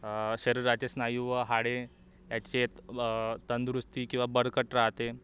शरीराचे स्नायु व हाडे याच्यात तंदुरुस्ती किंवा बळकट राहते